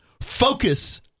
Focus